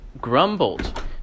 grumbled